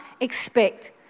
expect